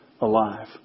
alive